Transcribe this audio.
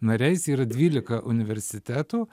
nariais yra dvylika universitetų